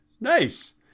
nice